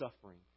suffering